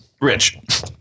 Rich